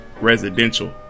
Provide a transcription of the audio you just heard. residential